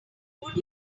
would